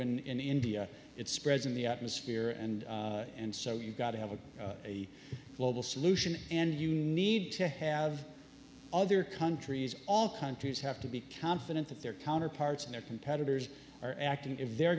to in india it spreads in the atmosphere and and so you've got to have a global solution and you need to have other countries all countries have to be confident that their counterparts and their competitors are acting if they're